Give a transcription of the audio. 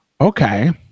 okay